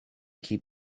keep